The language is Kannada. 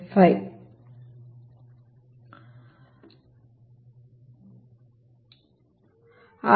75 ಮತ್ತು ಈ ಭಾಗವು 0